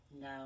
No